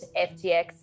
FTX